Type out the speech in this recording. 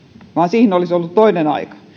vaan siihen olisi ollut toinen